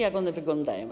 Jak one wyglądają?